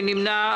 מי נמנע?